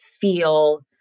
feel